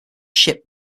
ship